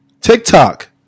TikTok